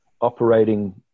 operating